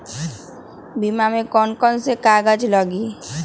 बीमा में कौन कौन से कागज लगी?